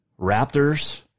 Raptors